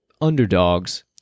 Underdogs